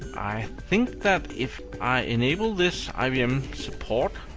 i think that if i enable this ibm support,